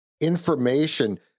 information